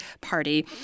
party